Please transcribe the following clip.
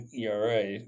ERA